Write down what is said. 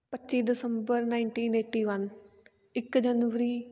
ਪੱਚੀ ਦਸੰਬਰ nineteen eighty one ਇੱਕ ਜਨਵਰੀ